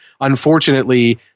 unfortunately